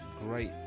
great